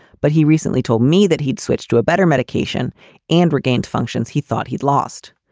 but he recently told me that he'd switch to a better medication and regained functions he thought he'd lost.